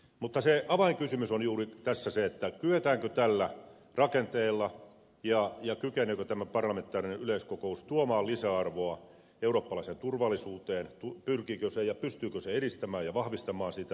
mutta avainkysymys on juuri tässä se kyetäänkö tällä rakenteella ja kykeneekö tämä parlamentaarinen yleiskokous tuomaan lisäarvoa eurooppalaiseen turvallisuuteen pyrkiikö se ja pystyykö se edistämään ja vahvistamaan sitä